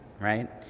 Right